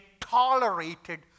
tolerated